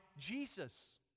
Jesus